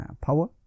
power